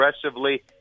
aggressively